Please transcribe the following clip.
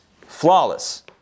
flawless